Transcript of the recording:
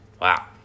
wow